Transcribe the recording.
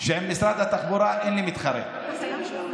שעם משרד התחבורה אין לי מתחרה, בסדר?